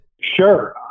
Sure